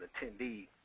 attendee